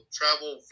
travel